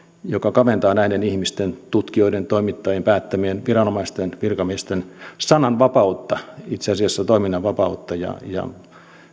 joka kaventaa näiden ihmisten tutkijoiden toimittajien päättäjien viranomaisten virkamiesten sananvapautta itse asiassa toiminnanva pautta ja ja